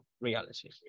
reality